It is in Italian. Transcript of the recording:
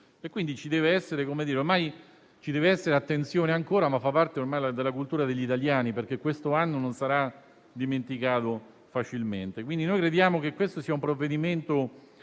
Ci deve essere ancora attenzione, ma fa parte della cultura degli italiani, perché questo anno non sarà dimenticato facilmente. Noi crediamo che questo sia un provvedimento